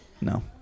No